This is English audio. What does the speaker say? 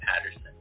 Patterson